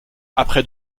après